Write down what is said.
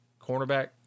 cornerback